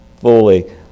fully